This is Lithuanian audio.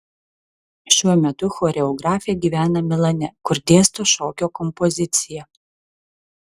šiuo metu choreografė gyvena milane kur dėsto šokio kompoziciją